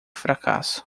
fracasso